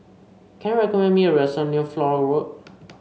can you recommend me a restaurant near Flora Road